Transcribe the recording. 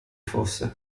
fosse